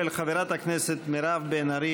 של חברי הכנסת מירב בן ארי